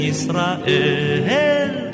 Israel